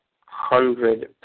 hundred